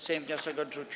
Sejm wniosek odrzucił.